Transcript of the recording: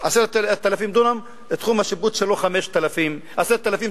תחום השיפוט שלו הוא 5,000 דונם,